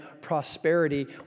prosperity